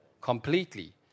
completely